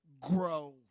grow